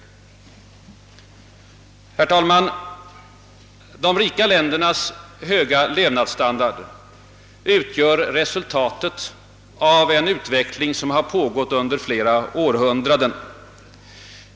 Herr talman! De rika ländernas höga levnadsstandard utgör resultatet av en utveckling som har pågått under flera århundraden.